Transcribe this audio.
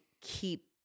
keep